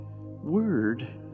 word